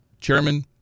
chairman